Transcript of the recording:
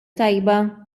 tajba